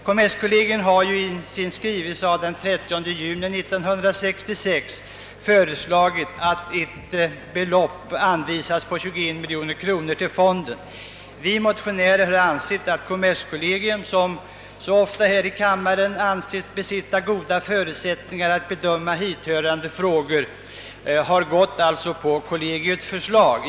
Kommerskollegium har i sin skrivelse den 30 juni 1966 föreslagit att ett belopp på 21 miljoner kronor anvisas till fonden. Kommerskollegium brukar ju här i kammaren ofta anses äga goda förutsättningar att bedöma hithörande frågor, och vi motionärer har gått på kollegiets förslag.